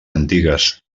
antigues